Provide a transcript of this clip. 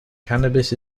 cannabis